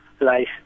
life